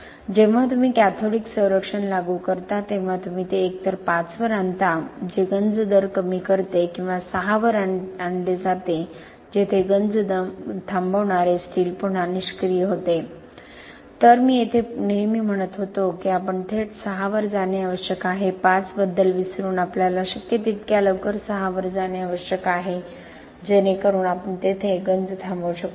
जेव्हा तुम्ही कॅथोडिक संरक्षण लागू करता तेव्हा तुम्ही ते एकतर 5 वर आणता जे गंज दर कमी करते किंवा 6 वर आणते जे गंज थांबवणारे स्टील पुन्हा निष्क्रिय करते तर मी येथे नेहमी म्हणत होतो की आपण थेट 6 वर जाणे आवश्यक आहे 5 बद्दल विसरून आपल्याला शक्य तितक्या लवकर 6 वर जाणे आवश्यक आहे जेणेकरून आपण गंज थांबवू शकतो